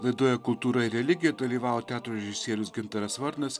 laidoje kultūra ir religija dalyvavo teatro režisierius gintaras varnas